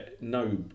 no